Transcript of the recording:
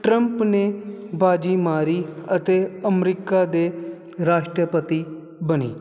Trump ਨੇ ਬਾਜੀ ਮਾਰੀ ਅਤੇ ਅਮਰੀਕਾ ਦੇ ਰਾਸ਼ਟਰਪਤੀ ਬਣੇ